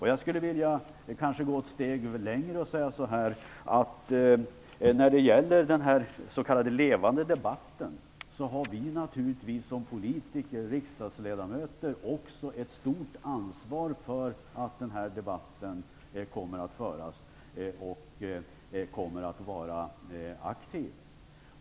Jag skulle kanske vilja gå ett steg längre och säga, att när det gäller den s.k. levande debatten har vi naturligtvis som politiker och riksdagsledamöter också ett stort ansvar för att den här debatten kommer att föras och vara aktiv.